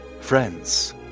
Friends